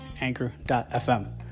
anchor.fm